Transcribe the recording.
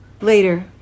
later